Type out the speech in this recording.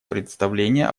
представление